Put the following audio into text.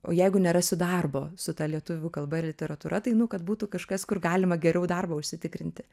o jeigu nerasiu darbo su ta lietuvių kalba ir literatūra tai nu kad būtų kažkas kur galima geriau darbą užsitikrinti